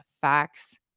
facts